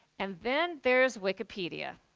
and then, there's wikipedia